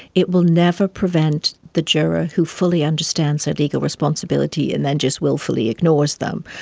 it will never prevent the juror who fully understands their legal responsibilities and then just wilfully ignores them,